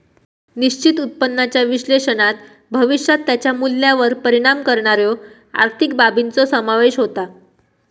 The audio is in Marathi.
निश्चित उत्पन्नाच्या विश्लेषणात भविष्यात त्याच्या मूल्यावर परिणाम करणाऱ्यो आर्थिक बाबींचो समावेश होता